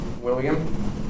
William